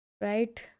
Right